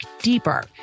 deeper